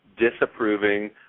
disapproving